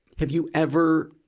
have you ever